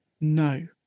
No